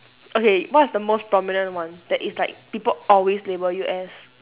okay what is the most prominent one that is like people always label you as